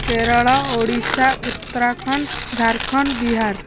Kerala Odisha Uttarakhand Jharkhand Bihar